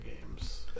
games